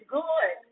good